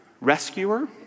Rescuer